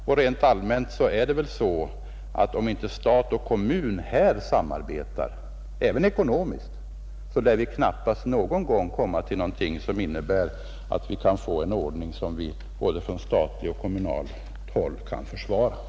Och rent allmänt är det väl så, jatt om inte stat och Måndagen den kommun här samarbetar, även ekonomiskt, lär vi knappast någon gång 10 maj 1971 kunna få en ordning som vi både från statligt och från kommunalt håll